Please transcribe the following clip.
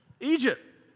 Egypt